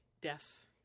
deaf